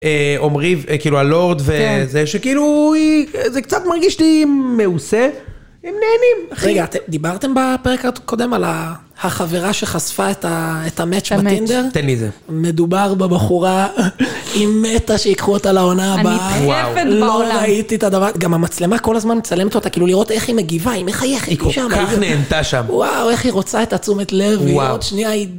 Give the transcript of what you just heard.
א. עומרי ו... כאילו הלורד וזה, ב. - כן א. שכאילו היא, זה קצת מרגיש לי מעושה, הם נהנים. ג. רגע, דיברתם בפרק הקודם על החברה שחשפה את המאץ' בטינדר? א. יותר מזה. ג. מדובר בבחורה... היא מתה שייקחו אותה לעונה הבאה. ב. ...הנדחפת בעולם. ג. לא ראיתי את הדבר... גם המצלמה כל הזמן מצלמת אותה, כאילו לראות איך היא מגיבה, היא מחייכת. א. כל כך נהנתה שם. ג. וואו, איך היא רוצה את התשומת לב. א. וואו. ג. היא עוד שנייה היא...